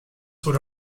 would